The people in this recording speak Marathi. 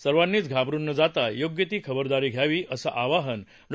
सर्वांनीच घाबरुन न जाता योग्य ती खबरदारी घ्यावी असं आवाहान डॉ